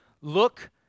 ...look